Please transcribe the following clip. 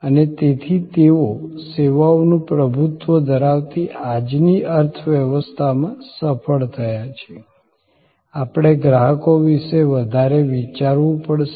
અને તેથી તેઓ સેવાનું પ્રભુત્વ ધરાવતી આજની અર્થવ્યવસ્થામાં સફળ થાય છે આપણે ગ્રાહકો વિશે વધારે વિચારવું પડશે